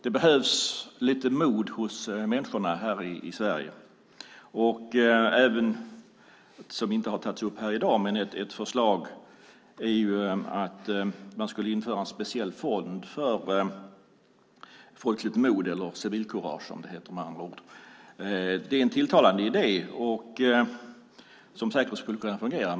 Det behövs mod hos människorna i Sverige. Ett förslag som inte har tagits upp i dag gäller att man skulle införa en speciell fond för folkligt mod - civilkurage, med andra ord. Det är en tilltalande idé som säkert skulle kunna fungera.